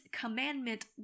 commandment